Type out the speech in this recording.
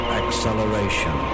acceleration